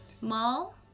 Mall